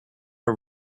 are